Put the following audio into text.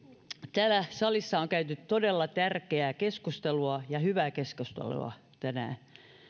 täällä salissa on käyty todella tärkeää keskustelua ja hyvää keskustelua tänään